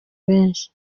benshi